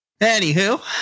Anywho